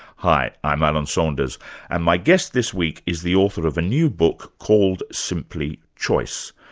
hi, i'm alan saunders and my guest this week is the author of a new book called simply choice,